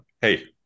Hey